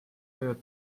võivad